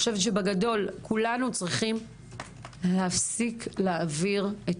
אני חושבת שבגדול כולנו צריכים להפסיק להעביר את